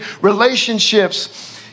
relationships